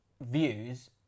views